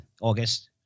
August